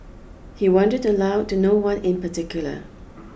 he wondered aloud to no one in particular